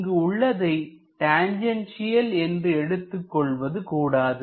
இங்கு உள்ளதை டான்ஜென்சியல் என்று எடுத்துக் கொள்வது கூடாது